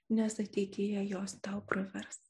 nes ateityje jos tau pravers